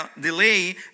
delay